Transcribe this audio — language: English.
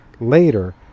later